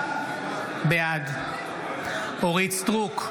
בעד אורית מלכה סטרוק,